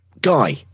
Guy